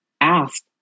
ask